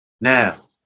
Now